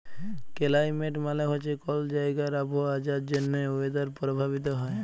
climate মালে হছে কল জাইগার আবহাওয়া যার জ্যনহে ওয়েদার পরভাবিত হ্যয়